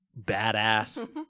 badass